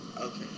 Okay